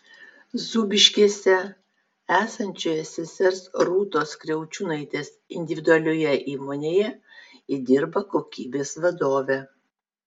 zūbiškėse esančioje sesers rūtos kriaučiūnaitės individualioje įmonėje ji dirba kokybės vadove